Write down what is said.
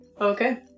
Okay